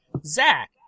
Zach